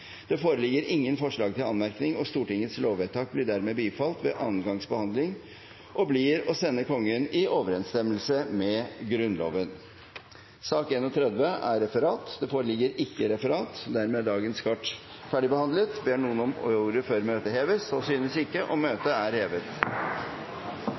Det foreligger ingen forslag til anmerkning. Stortingets lovvedtak er dermed bifalt ved andre gangs behandling og blir å sende Kongen i overensstemmelse med Grunnloven. Det foreligger ikke noe referat. Dermed er dagens kart ferdig behandlet. Ber noen om ordet før møtet heves? – Møtet er hevet.